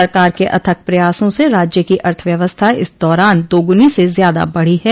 सरकार के अथक प्रयासों से राज्य की अर्थव्यवस्था इस दौरान दोगुनी से ज्यादा बढ़ी है